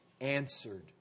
answered